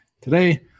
Today